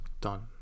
done